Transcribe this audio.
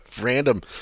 random